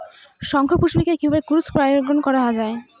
শঙ্খপুষ্পী কে কিভাবে ক্রস পরাগায়ন করা যায়?